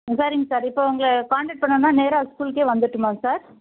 சரிங்க சார் இப்போது உங்களை கான்டக்ட் பண்ணனும்னா நேராக ஸ்கூலுக்கே வந்துட்டுமா சார்